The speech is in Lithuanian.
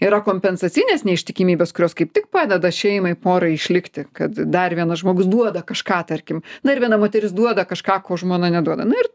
yra kompensacinės neištikimybės kurios kaip tik padeda šeimai porai išlikti kad dar vienas žmogus duoda kažką tarkim dar viena moteris duoda kažką ko žmona neduoda na ir